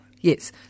Yes